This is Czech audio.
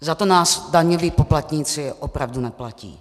Za to nás daňoví poplatníci opravdu neplatí.